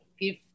give